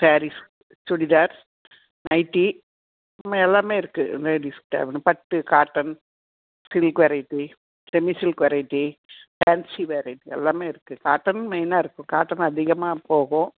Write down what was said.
saris churidar nightie எல்லாமே இருக்கு லேடிஸ்க்கு தேவையான பட்டு cotton silk variety semi silk variety fancy variety எல்லாமே இருக்கு காட்டன் மெய்ன்னா இருக்கு காட்டன் அதிகமாக போகும்